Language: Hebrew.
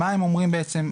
מה הם אומרים בעצם,